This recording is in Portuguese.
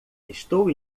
estou